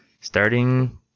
starting